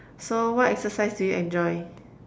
so what exercise do you enjoy